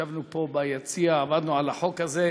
ישבנו פה ביציע, עבדנו על החוק הזה,